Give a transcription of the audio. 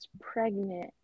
pregnant